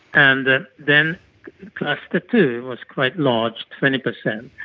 and then cluster two was quite large, twenty percent,